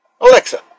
Alexa